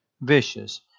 vicious